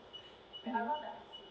mmhmm